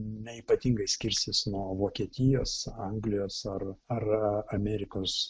ne ypatingai skirsis nuo vokietijos anglijos ar ar amerikos